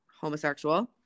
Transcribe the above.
homosexual